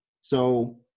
So-